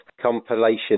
compilation